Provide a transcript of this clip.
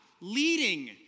leading